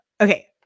Okay